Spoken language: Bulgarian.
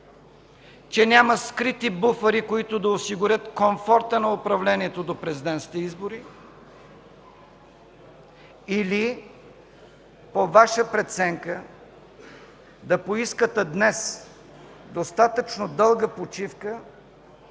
че няма скрити буфери, които да осигурят комфорта на управлението до президентските избори, или по Ваша преценка да поискате днес достатъчно дълга почивка,